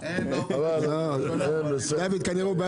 להוראות לפי סעיף 17. סעיף 17 זה הסעיף שאנו מתקנים,